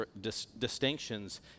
distinctions